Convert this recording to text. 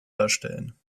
darstellen